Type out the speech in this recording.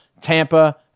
Tampa